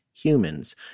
Humans